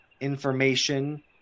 information